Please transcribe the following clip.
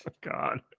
God